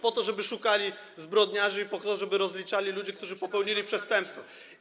Po to, żeby szukali zbrodniarzy, i po to, żeby rozliczali ludzi, którzy popełnili przestępstwa.